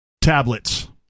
Tablets